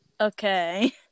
Okay